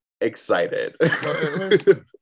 excited